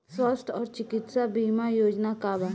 स्वस्थ और चिकित्सा बीमा योजना का बा?